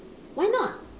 why not